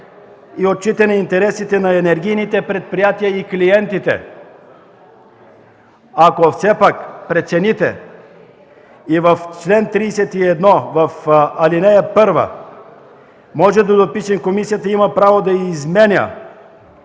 и отчитане интересите на енергийните предприятия и клиентите”. Ако все пак прецените и в чл. 31, ал. 1 можем да запишем: „Комисията има право да изменя